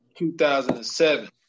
2007